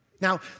Now